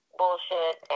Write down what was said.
bullshit